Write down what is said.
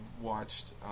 watched